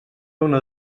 una